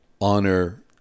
honor